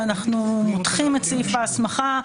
ואנחנו מותחים את סעיף ההסמכה,